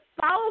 follow